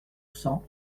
cents